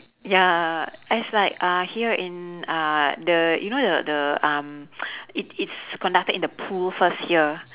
ya it's like uh here in uh the you know the the um it's it's conducted in the pool first here